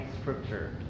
scripture